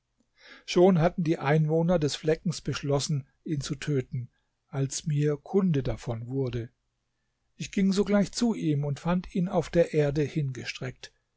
schon hatten die einwohner des fleckens beschlossen ihn zu töten als mir kunde davon wurde ich ging sogleich zu ihm und fand ihn auf der erde hingestreckt